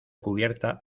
cubierta